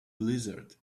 blizzard